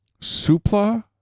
Supla